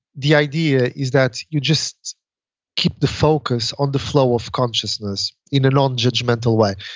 the idea is that you just keep the focus on the flow of consciousness in a non-judgmental way.